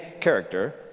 character